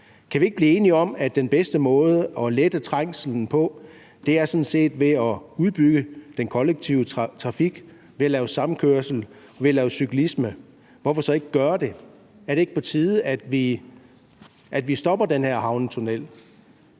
Kan vi ikke blive enige om, at den bedste måde at lette trængslen på sådan set er ved at udbygge den kollektive trafik, ved at lave samkørsel og ved at lave cyklisme? Hvorfor så ikke gøre det? Er det ikke på tide, at vi stopper den her havnetunnel?